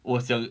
我想